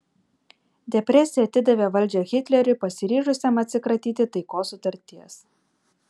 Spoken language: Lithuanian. depresija atidavė valdžią hitleriui pasiryžusiam atsikratyti taikos sutarties